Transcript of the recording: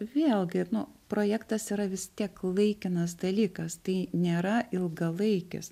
vėlgi nu projektas yra vis tiek laikinas dalykas tai nėra ilgalaikis